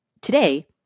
today